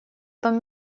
том